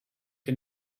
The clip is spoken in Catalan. que